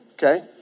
Okay